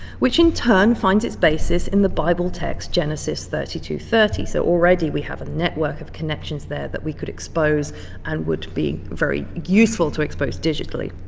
which in turn finds its basis in the bible text genesis thirty two thirty, so already we have a network of connections there that we could expose and would be very useful to expose digitally.